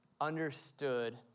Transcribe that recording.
understood